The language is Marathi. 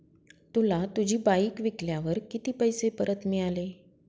तुला तुझी बाईक विकल्यावर किती पैसे परत मिळाले?